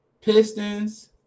Pistons